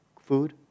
food